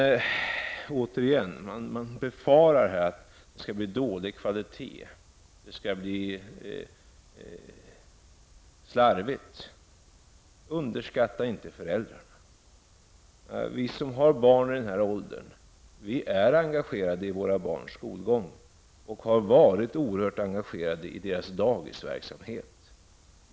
Återigen befaras det att det skall bli dålig kvalitet och slarvigt. Underskatta inte föräldrarna! Vi som har barn i denna ålder är engagerade i våra barns skolgång, och vi har varit oerhört engagerade i deras dagisverksamhet.